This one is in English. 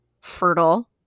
fertile